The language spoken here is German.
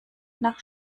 nach